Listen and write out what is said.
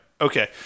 Okay